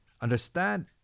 understand